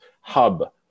hub